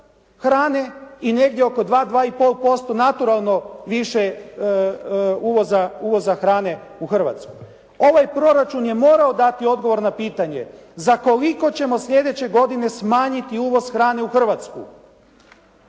hrane i negdje oko 2, 2 i pol posto naturalno više uvoza hrane u Hrvatsku. Ovaj proračun je morao dati odgovor na pitanje za koliko ćemo sljedeće godine smanjiti uvoz hrane u Hrvatsku.